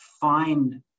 find